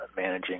managing